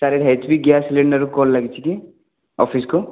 sir H P gas ସିଲିଣ୍ଡର୍କୁ call ଲାଗିଛି କି ଅଫିସ୍କୁ